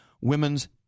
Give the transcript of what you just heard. Women's